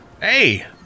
Hey